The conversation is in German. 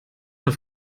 auf